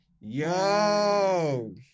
yo